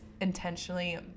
intentionally